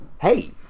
Hey